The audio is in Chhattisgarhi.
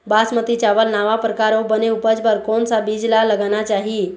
बासमती चावल नावा परकार अऊ बने उपज बर कोन सा बीज ला लगाना चाही?